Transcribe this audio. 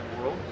world